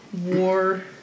war